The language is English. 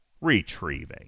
Retrieving